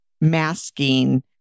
masking